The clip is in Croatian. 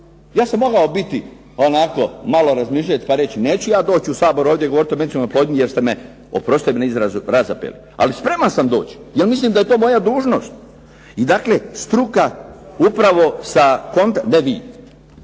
Ja sam mogao biti onako malo razmišljajući pa reći neću ja doći u Sabor ovdje govoriti o medicinskoj oplodnji jer ste me, oprostite mi na izrazu, razapeli. Ali spreman sam doći, jer mislim da je to moja dužnost. I dakle struka upravo sa, ne vi,